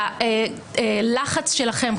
והלחץ שלכם,